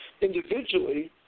individually